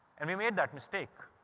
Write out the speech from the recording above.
and we made that mistake.